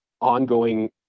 ongoing